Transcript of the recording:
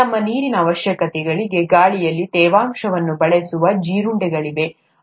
ತಮ್ಮ ನೀರಿನ ಅವಶ್ಯಕತೆಗಳಿಗಾಗಿ ಗಾಳಿಯಲ್ಲಿ ತೇವಾಂಶವನ್ನು ಬಳಸುವ ಜೀರುಂಡೆಗಳಿವೆ